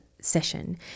session